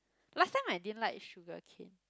last time I didn't like sugarcane